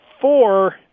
four